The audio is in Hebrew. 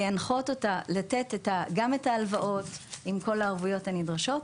להנחות אותה לתת גם את ההלוואות עם כל הערבויות הנדרשות,